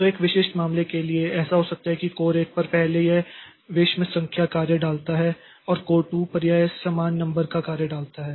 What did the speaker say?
तो एक विशिष्ट मामले के लिए ऐसा हो सकता है कि कोर 1 पर पहले यह विषम संख्या कार्य डालता है और कोर 2 पर यह समान नंबर का कार्य डालता है